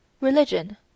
Religion